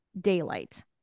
Daylight